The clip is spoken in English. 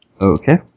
Okay